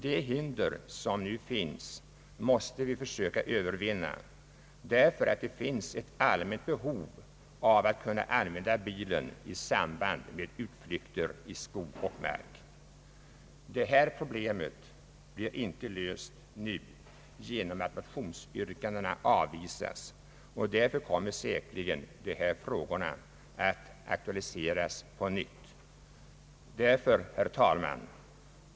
De hinder som nu finns måste vi försöka övervinna därför att det finns ett allmänt behov av att kunna använda bilen i samband med utflykter i skog och mark. Det här problemet blir inte löst nu genom att motionsyrkandena avvisas, och därför kommer säkerligen dessa frågor att aktualiseras på nytt.